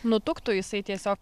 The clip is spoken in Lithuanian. nutuktų jisai tiesiog